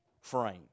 frame